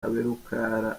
kaberuka